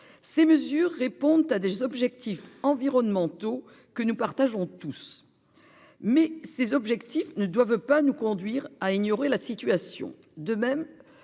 Ces mesures répondent à des objectifs environnementaux que nous partageons tous. Mais ces objectifs ne doivent pas nous conduire à ignorer la situation. De même,